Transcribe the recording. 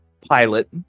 pilot